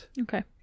Okay